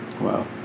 Wow